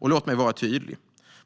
Låt mig vara tydlig.